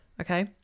Okay